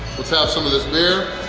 let's have some of this beer.